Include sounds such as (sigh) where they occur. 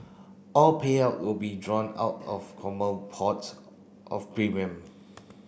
all payout will be drawn out of (unintelligible) pots of premium